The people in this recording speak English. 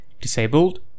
disabled